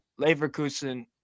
Leverkusen